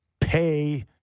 pay